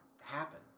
happen